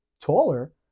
taller